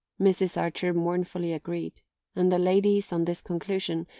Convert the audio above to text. mrs. archer mournfully agreed and the ladies, on this conclusion,